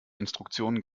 instruktionen